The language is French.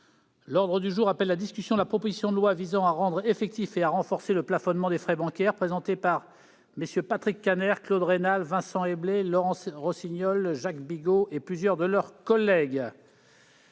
groupe socialiste et républicain, de la proposition de loi visant à rendre effectif et à renforcer le plafonnement des frais bancaires, présentée par MM. Patrick Kanner, Claude Raynal, Vincent Éblé, Mme Laurence Rossignol, M. Jacques Bigot et plusieurs de leurs collègues